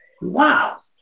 Wow